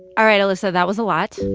all right, elissa. that was a lot.